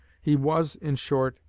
he was, in short,